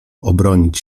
obronić